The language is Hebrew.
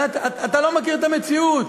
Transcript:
אתה לא מכיר את המציאות,